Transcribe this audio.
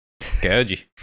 koji